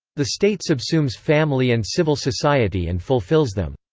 the state subsumes family and civil society and fulfills them.